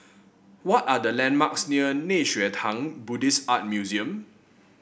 what are the landmarks near Nei Xue Tang Buddhist Art Museum